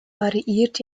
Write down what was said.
variiert